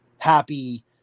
happy